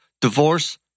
Divorce